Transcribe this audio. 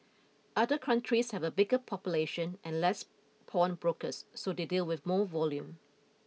other countries have a bigger population and less pawnbrokers so they deal with more volume